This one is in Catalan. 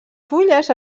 fulles